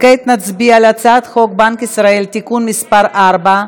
כעת נצביע על הצעת חוק בנק ישראל (תיקון מס' 4)